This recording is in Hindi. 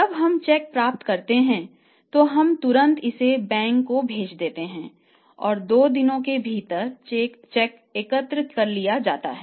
जब हम चेक प्राप्त करते हैं तो हम तुरंत इसे बैंक को भेज देते हैं और 2 दिनों के भीतर चेक एकत्र कर लिया जाता है